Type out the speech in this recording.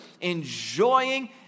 enjoying